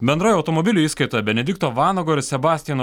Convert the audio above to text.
bendroje automobilių įskaitoje benedikto vanago ir sebastijano